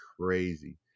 crazy